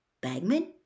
Bagman